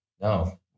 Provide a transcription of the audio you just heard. No